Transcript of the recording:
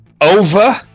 Over